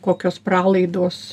kokios pralaidos